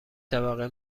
طبقه